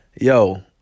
Yo